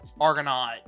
Argonaut